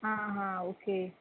आं हां ओके